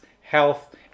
health